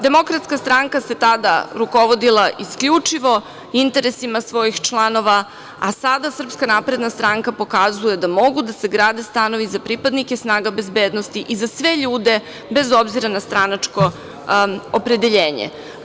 Demokratska stranka se tada rukovodila isključivo interesima svojih članova, a sada SNS pokazuje da mogu da se grade stanovi za pripadnike snaga bezbednosti i za sve ljude, bez obzira na stranačko opredeljenje.